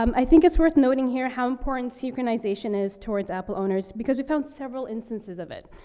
um i think it's worth noting here how important synchronization is towards apple owners because we found several instances of it.